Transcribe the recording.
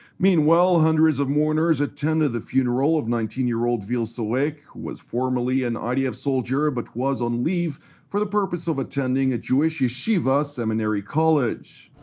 meanwhile hundreds of mourners attended the funeral of nineteen year old dvir sorek, who was formally an idf soldier but was on leave for the purpose of attending a jewish yeshiva seminary college.